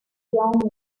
young